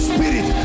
Spirit